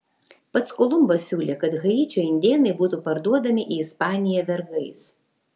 pats kolumbas siūlė kad haičio indėnai būtų parduodami į ispaniją vergais